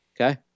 Okay